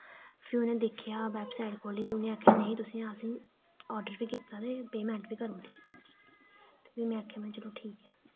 फ्ही उ'नें दिक्खेआ बेवसाइट खोल्ली ते उ'नें आखेआ नेईं तुसें असें ई आर्डर बी कीता ते पेमेंट बी करी ओड़ी ते फ्ही में आखेआ महां चलो ठीक ऐ